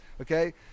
Okay